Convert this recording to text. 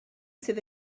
sydd